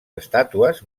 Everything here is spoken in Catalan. estàtues